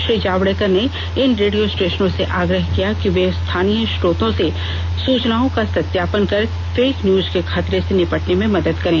श्री जावडेकर ने इन रेडियो स्टेशनों से आग्रह किया कि वे स्थानीय स्रोतों से सुचनाओं का सत्यापन कर फेक न्यूज के खतरे से निपटने में मदद करें